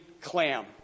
clam